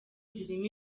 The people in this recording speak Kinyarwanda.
zirimo